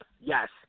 yes